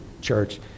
church